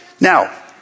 Now